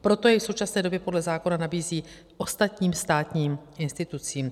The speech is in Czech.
Proto jej v současné době podle zákona nabízí ostatním státním institucím.